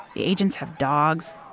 the agents have dogs.